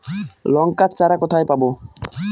লঙ্কার চারা কোথায় পাবো?